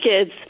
kids